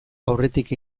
aurretik